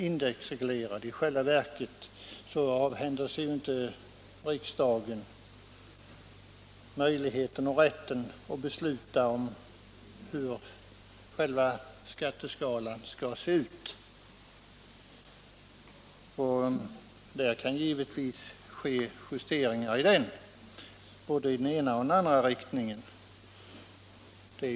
I själva verket avhänder sig inte riksdagen möjligheten och rätten att besluta om hur skatteskalan skall se ut. Där kan givetvis ske justeringar igen i både den ena och den andra riktningen.